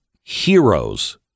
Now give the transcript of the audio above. heroes